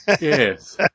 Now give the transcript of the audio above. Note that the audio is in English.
Yes